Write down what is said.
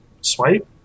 swipe